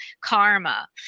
karma